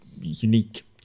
unique